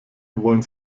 wollen